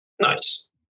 Nice